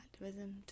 activism